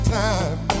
time